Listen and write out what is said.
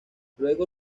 luego